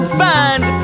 find